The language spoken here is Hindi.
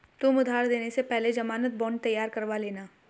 तुम उधार देने से पहले ज़मानत बॉन्ड तैयार करवा लेना